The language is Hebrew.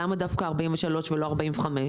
למה דווקא 43,000 ולא 45,000?